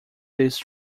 these